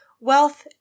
wealth